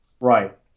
Right